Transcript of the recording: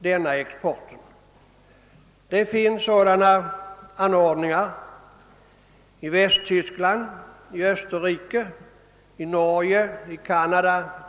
Sådana bestämmelser finns i bl.a. Västtyskland, Österrike, Norge och Canada.